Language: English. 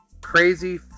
crazy